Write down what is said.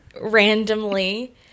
randomly